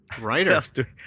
Writer